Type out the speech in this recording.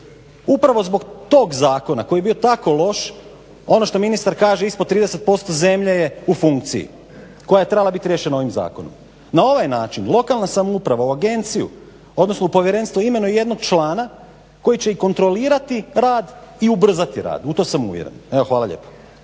Upravo zbog tog zakona koji je bio tako loš ono što ministar kaže ispod 30% zemlje je u funkciji koja je trebala biti riješena ovim zakonom. Na ovaj način lokalna samouprava u agenciju, odnosno u povjerenstvo imenuje jednog člana koji će kontrolirati rad i ubrzati rad, u to sam uvjeren. Evo hvala lijepa.